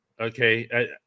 okay